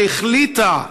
שהחליטה,